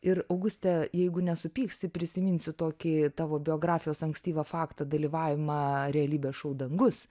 ir auguste jeigu nesupyksi prisiminsiu tokį tavo biografijos ankstyvą faktą dalyvavimą realybės šou dangus